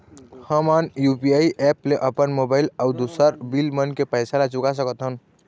हमन UPI app ले अपन मोबाइल अऊ दूसर बिल मन के पैसा ला चुका सकथन